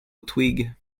twig